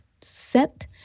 set